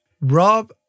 Rob